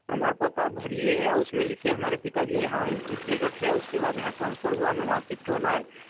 प्रमाणपत्र आप भरिए है और उसमें लिखिए हमारे पिता जी यहाँ इस इस जगह थे और उसके बाद यहाँ ट्रांसफर हुआ और हमें वहाँ शिफ्ट होना है